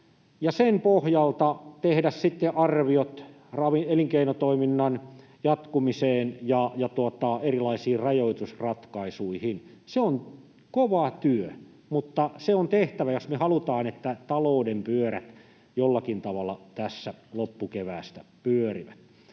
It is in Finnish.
sen pohjalta tehtävä sitten arviot elinkeinotoiminnan jatkumiseen ja erilaisiin rajoitusratkaisuihin. Se on kova työ, mutta se on tehtävä, jos me halutaan, että talouden pyörät jollakin tavalla loppukeväästä pyörivät.